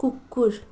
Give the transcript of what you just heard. कुकुर